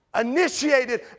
initiated